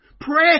Pray